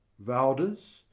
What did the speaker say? valdes,